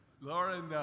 Lauren